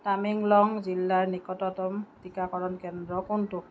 টামেংলং জিলাৰ নিকটতম টিকাকৰণ কেন্দ্ৰ কোনটো